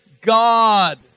God